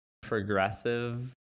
progressive